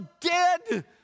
dead